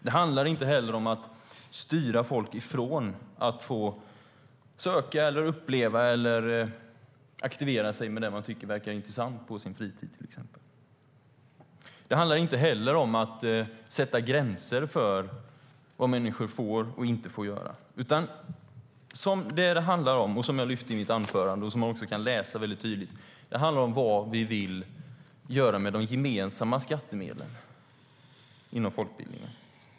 Det handlar inte heller om att styra folk ifrån att få söka, uppleva eller aktivera sig med det man tycker verkar intressant på sin fritid. Det handlar inte heller om att sätta gränser för vad människor får eller inte får göra. Det som det handlar om som jag lyfte upp i mitt anförande och som man också kan läsa väldigt tydligt handlar om vad vi vill göra med de gemensamma skattemedlen inom folkbildningen.